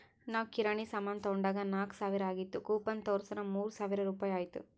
ನಾವ್ ಕಿರಾಣಿ ಸಾಮಾನ್ ತೊಂಡಾಗ್ ನಾಕ್ ಸಾವಿರ ಆಗಿತ್ತು ಕೂಪನ್ ತೋರ್ಸುರ್ ಮೂರ್ ಸಾವಿರ ರುಪಾಯಿ ಆಯ್ತು